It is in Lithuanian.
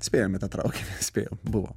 spėjom į tą traukinį spėjom buvo